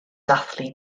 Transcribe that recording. dathlu